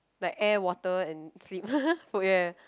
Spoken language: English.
like air water and sleep food ya